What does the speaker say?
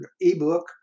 ebook